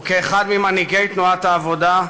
וכאחד ממנהיגי תנועת העבודה,